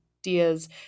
ideas